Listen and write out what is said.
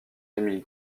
camille